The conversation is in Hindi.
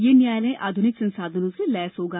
यह न्यायालय आधुनिक संसाधनों से लैस होगा